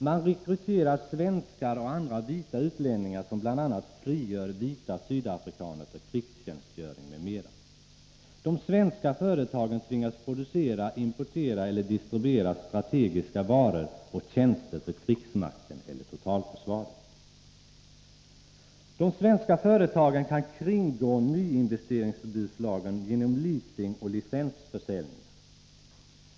— Man rekryterar svenskar och andra vita utlänningar som bl.a. frigör vita sydafrikaner för krigstjänstgöring m.m. —- De svenska företagen tvingas producera, importera eller distribuera strategiska varor och tjänster för krigsmakten eller totalförsvaret. — De svenska företagen kan kringgå nyinvesteringsförbudslagen genom leasing och licensförsäljningar.